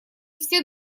все